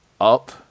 up